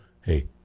Hey